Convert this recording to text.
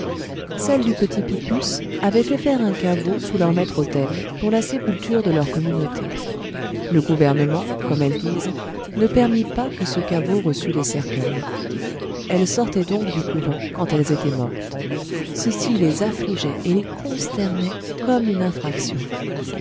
celles du petit picpus avaient fait faire un caveau sous leur maître-autel pour la sépulture de leur communauté le gouvernement comme elles disent ne permit pas que ce caveau reçût les cercueils elles sortaient donc du couvent quand elles étaient mortes ceci les affligeait et les consternait comme une infraction